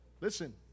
listen